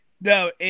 No